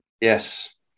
Yes